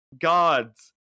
gods